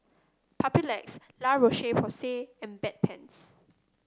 Papulex La Roche Porsay and Bedpans